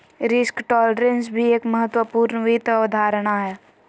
risk tolerance भी एक महत्वपूर्ण वित्त अवधारणा हय